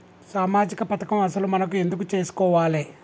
సామాజిక పథకం అసలు మనం ఎందుకు చేస్కోవాలే?